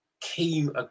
came